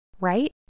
right